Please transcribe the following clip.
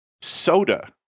soda